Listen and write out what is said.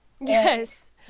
Yes